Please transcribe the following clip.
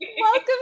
Welcome